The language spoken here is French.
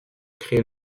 créé